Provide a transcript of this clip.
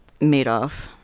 Madoff